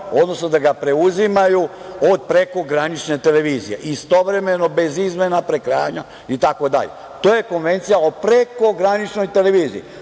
odnosno da ga preuzimaju od prekogranične televizije istovremeno bez izmena prekrajanja itd. To je Konvencija o prekograničnoj televiziji,